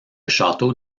château